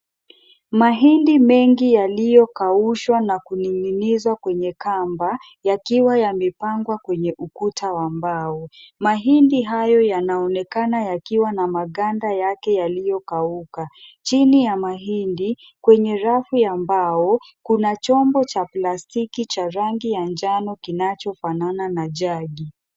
Mahindi mengi yaliyokaushwa na kuning'inizwa kwenye kamba yakiwa yamepangwa kwenye ukuta wa mbao. Mahindi hayo yanaonekana yakiwa na maganda yake yaliyokauka. Chini ya mahindi kwenye rafu ya mbao kuna chombo cha plastiki cha rangi ya njano kinachofanana na jagi .